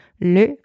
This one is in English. Le